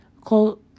Call